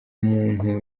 umuntu